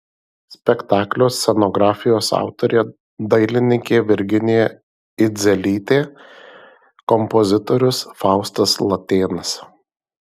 spektaklio scenografijos autorė dailininkė virginija idzelytė kompozitorius faustas latėnas